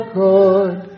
good